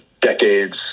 decades